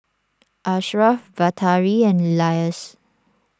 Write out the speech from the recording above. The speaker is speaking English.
Ashraf Batari and Elyas